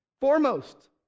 Foremost